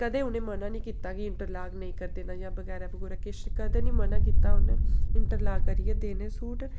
कदें उ'नें म'ना निं कीता कि इंटरलाक नेईं करी देना कि जां बगैरा बगैरा कुछ कदें निं म'ना कीता उ'नें इंटरलाक करियै देने सूट